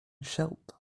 scheldt